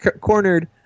Cornered